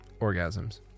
Orgasms